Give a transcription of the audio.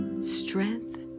strength